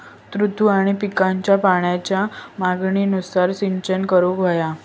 ऋतू आणि पिकांच्या पाण्याच्या मागणीनुसार सिंचन करूक व्हया